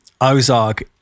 Ozark